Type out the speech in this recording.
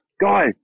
guys